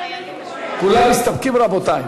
כולם מסתפקים, רבותי?